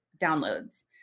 downloads